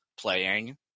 playing